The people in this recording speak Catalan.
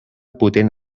potent